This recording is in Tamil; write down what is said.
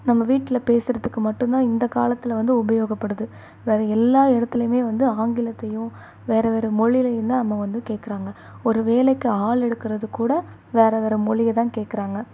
நம்ம வீட்டில பேசுகிறத்துக்கு மட்டுந்தான் இந்த காலத்தில் வந்து உபயோகப்படுது வேற எல்லா இடத்துலையுமே வந்து ஆங்கிலத்தையும் வேற வேற மொழியிலையுந்தான் நம்ம வந்து கேட்குறாங்க ஒரு வேலைக்கு ஆள் எடுக்கிறதுக்கூட வேற வேற மொழியைதான் கேட்கறாங்க